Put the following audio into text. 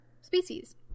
species